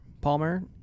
Palmer